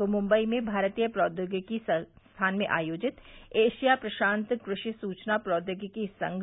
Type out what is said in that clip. वे मुम्बई में भारतीय प्रौद्योगिकी संस्थान में आयोजित एशिया प्रशान्त कृषि सूचना प्रौद्योगिकी संघ